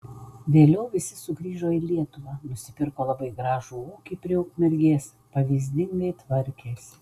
vėliau visi sugrįžo į lietuvą nusipirko labai gražų ūkį prie ukmergės pavyzdingai tvarkėsi